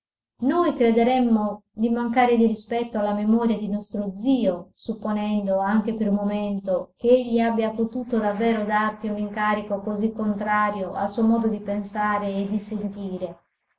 noi crederemmo di mancare di rispetto alla memoria di nostro zio supponendo anche per un momento ch'egli abbia potuto davvero darti un incarico così contrario al suo modo di pensare e di sentire